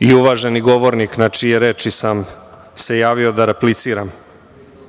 i uvaženi govornik na čije reči sam se javio da repliciram. Proziva